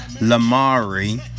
Lamari